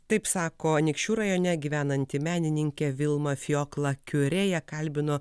taip sako anykščių rajone gyvenanti menininkė vilma fiokla kiure ją kalbino